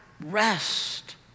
rest